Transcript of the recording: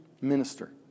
minister